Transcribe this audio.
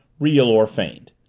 real or feigned.